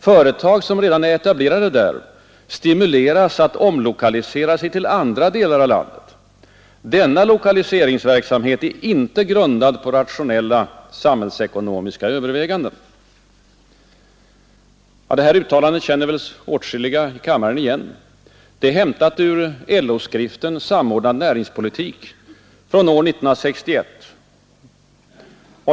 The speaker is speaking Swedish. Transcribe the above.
Företag som redan är etablerade där stimuleras att omlokalisera sig till andra delar av landet. Denna lokaliseringsverksamhet är inte grundad på rationella samhällsekonomiska överväganden.” Detta uttalande känner säkert åtskilliga av kammarens ledamöter igen. Det är hämtat ur LO-skriften Samordnad näringspolitik, som kom år 1961.